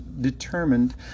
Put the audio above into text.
determined